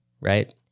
right